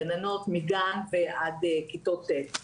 גננות מגן ועד כיתות ט'.